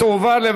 התשע"ז 2016,